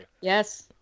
Yes